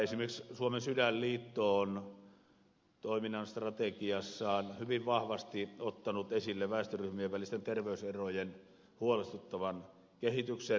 esimerkiksi suomen sydänliitto on toimintastrategiassaan hyvin vahvasti ottanut esille väestöryhmien välisten terveyserojen huolestuttavan kehityksen